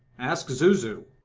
ask zuzu.